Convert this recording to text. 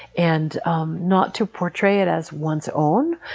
and um not to portray it as one's own,